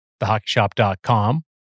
thehockeyshop.com